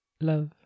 love